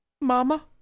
Mama